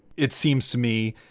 it seems to me,